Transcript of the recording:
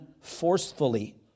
forcefully